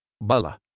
Bala